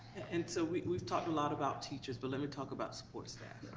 and so we've we've talked a lot about teachers, but let me talk about support staff.